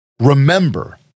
Remember